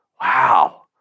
wow